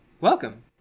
Welcome